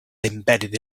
embedded